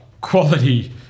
quality